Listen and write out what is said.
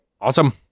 Awesome